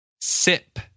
Sip